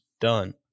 done